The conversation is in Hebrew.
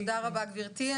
תודה רבה, גברתי.